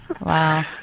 Wow